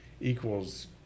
equals